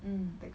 mm